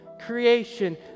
creation